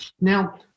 Now